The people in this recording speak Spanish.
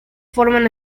forman